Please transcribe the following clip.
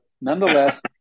nonetheless